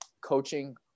coaching